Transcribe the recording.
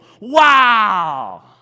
wow